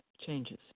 changes